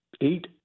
eight